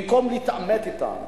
במקום להתעמת אתם,